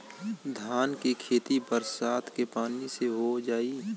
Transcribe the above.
धान के खेती बरसात के पानी से हो जाई?